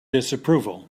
disapproval